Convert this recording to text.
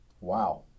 Wow